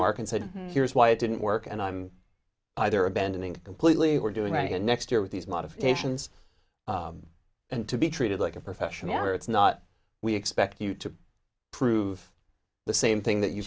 mark and said here's why it didn't work and i'm either abandoning completely we're doing right here next year with these modifications and to be treated like a professional or it's not we expect you to prove the same thing that you